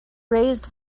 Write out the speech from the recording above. raised